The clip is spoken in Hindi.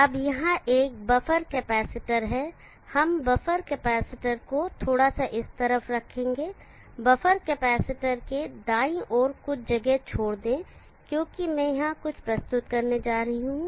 अब यहां एक बफर कैपेसिटर है हम बफर कैपेसिटर को थोड़ा सा इस तरफ रखेंगे बफर कैपेसिटर के दाईं ओर कुछ जगह छोड़ दें क्योंकि मैं यहां कुछ प्रस्तुत करना चाहता हूं